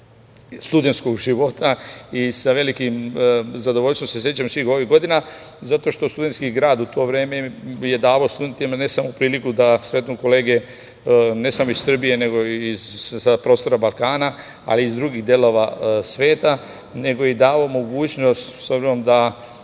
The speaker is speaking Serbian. i sa velikim zadovoljstvom se sećam svih ovih godina zato što Studentski gradu to vreme je davao studentima, ne samo priliku da sretnu kolege ne samo iz Srbije, nego i sa prostora Balkana, ali i iz drugih delova sveta, nego je davao i mogućnost s obzirom da